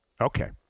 Okay